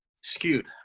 skewed